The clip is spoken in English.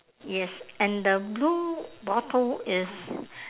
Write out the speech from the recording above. yes and the blue bottle is